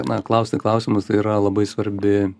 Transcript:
na klausti klausimus tai yra labai svarbi